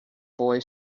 boy